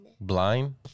Blind